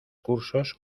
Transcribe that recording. cursos